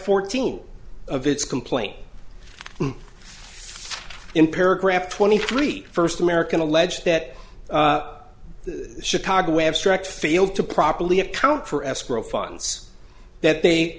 fourteen of its complaint in paragraph twenty three first american allege that the chicago abstract failed to properly account for escrow funds that they